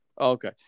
Okay